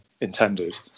intended